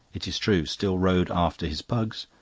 it is true, still rode after his pugs,